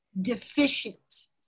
deficient